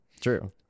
True